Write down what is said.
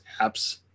apps